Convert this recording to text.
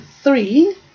three